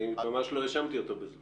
אני ממש לא האשמתי אותו בזה.